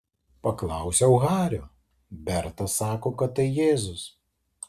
paklausiau hario berta sako kad tai jėzus